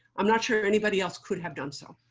i'm not sure anybody else could have done so.